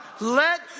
let